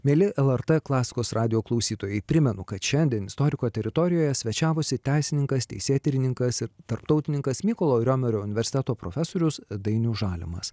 mieli lrt klasikos radijo klausytojai primenu kad šiandien istoriko teritorijoje svečiavosi teisininkas teisėtyrininkas ir tarptautininkas mykolo riomerio universiteto profesorius dainius žalimas